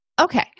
Okay